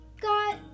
got